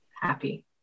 happy